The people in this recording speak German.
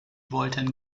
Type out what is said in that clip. wollten